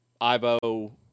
Ivo